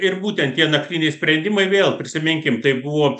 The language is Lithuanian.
ir būtent tie naktiniai sprendimai vėl prisiminkim tai buvo